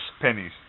Pennies